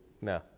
No